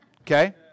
okay